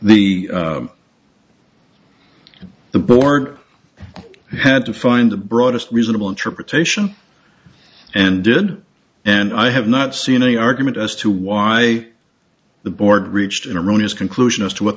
e the board had to find the broadest reasonable interpretation and did and i have not seen any argument as to why the board reached in a room his conclusion as to what